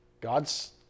God's